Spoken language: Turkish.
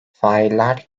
failler